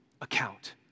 account